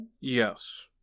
Yes